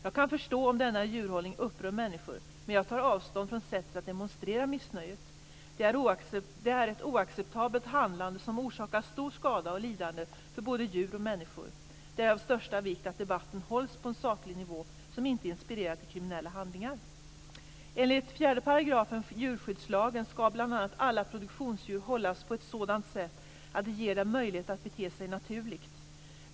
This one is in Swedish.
Jag kan förstå om denna djurhållning upprör människor, men jag tar avstånd från sättet att demonstrera missnöjet på. Det är ett oacceptabelt handlande som orsakar stor skada och lidande för både djur och människor. Det är av största vikt att debatten hålls på en saklig nivå som inte inspirerar till kriminella handlingar. Enligt 4 § djurskyddslagen skall bl.a. alla produktionsdjur hållas på ett sådant sätt att det ger dem möjlighet att bete sig naturligt.